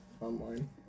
online